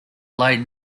late